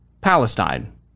Palestine